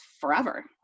forever